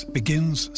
begins